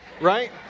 right